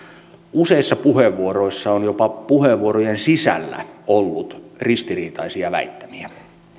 useissa puheenvuoroissa on jopa puheenvuorojen sisällä ollut ristiriitaisia väittämiä